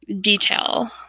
detail